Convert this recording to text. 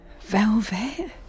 Velvet